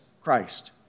Christ